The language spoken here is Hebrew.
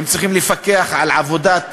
הם צריכים לפקח על עבודת